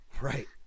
Right